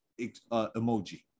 emoji